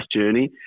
journey